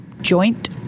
joint